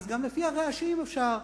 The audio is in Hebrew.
גם לפי הרעשים אפשר,